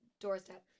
doorstep